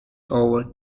over